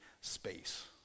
space